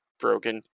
broken